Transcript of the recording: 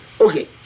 Okay